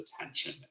attention